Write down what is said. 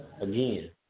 again